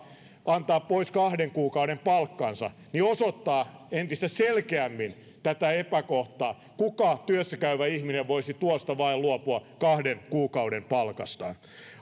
antaa pois kahden kuukauden palkkansa osoittaa entistä selkeämmin tätä epäkohtaa kuka työssä käyvä ihminen voisi tuosta vain luopua kahden kuukauden palkastaan arvoisa